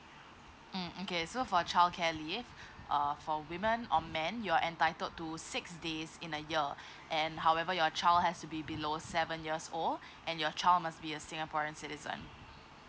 mm okay so for childcare leave err for women or men you're entitled to six days in a year and however your child has to be below seven years old and your child must be a singaporeans citizen